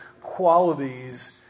qualities